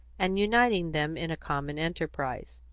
and uniting them in a common enterprise.